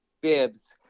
bibs